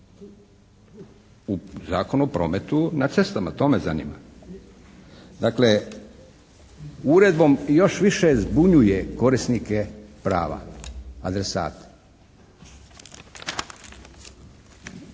U Zakonu o prometu na cestama, to me zanima. Dakle, uredbom još više zbunjuje korisnike prava, adresata.